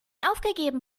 aufgegeben